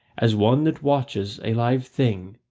as one that watches a live thing,